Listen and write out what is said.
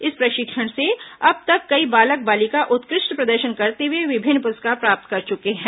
इस प्रशिक्षण से अब तक कई बालक बालिका उत्कृष्ट प्रदर्शन करते हुए विभिन्न पुरस्कार प्राप्त कर चुके हैं